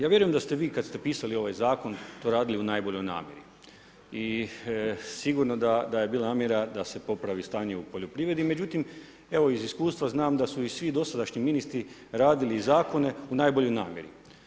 Ja vjerujem da ste vi kad ste pisali ovaj zakon to radili u najboljoj namjeri i sigurno da je bila namjera da se oporavi stanje u poljoprivredi, međutim iz iskustva znam da su i svi dosadašnji ministri radili zakone u najboljoj namjeri.